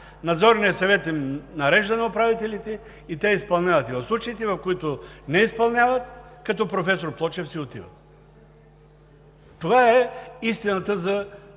Надзорният съвет нарежда на управителите и те изпълняват, и в случаите, в които не изпълняват, като професор Плочев, си отиват. Това е истината за